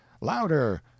louder